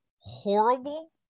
horrible